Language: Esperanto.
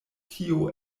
tio